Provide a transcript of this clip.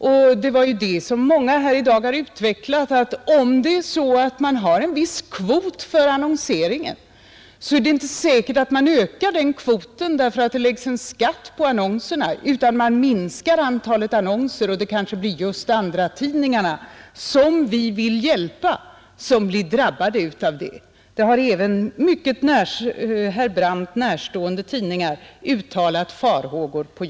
Många talare här har ju utvecklat att om man har en viss kvot för annonseringen är det inte säkert att man ökar den kvoten för att det läggs en skatt på annonserna utan man minskar antalet annonser. Och det kanske blir just andratidningarna, som vi vill hjälpa, som blir drabbade av det. Det har även herr Brandt mycket närstående tidningar uttalat farhågor för.